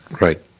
Right